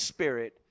Spirit